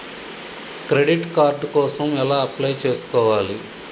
Credit card కోసం ఎలా apply చేసుకోవాలి?